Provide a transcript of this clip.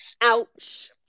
ouch